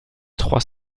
trois